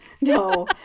No